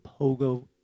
pogo